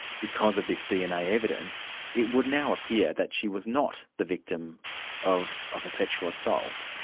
because of this dna evidence. it would now appear that she was not the victim of of a sexual assault,